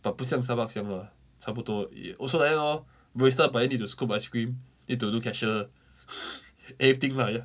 but 不像 Starbucks 这样 lah 差不多 also like that lor barista but you need to scoop ice cream need to do cashier everything lah ya